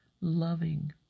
Loving